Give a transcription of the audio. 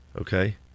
okay